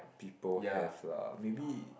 people have lah maybe